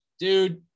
Dude